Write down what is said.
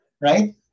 right